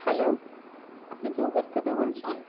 hello আপনি কি Uber থেকে বলছেন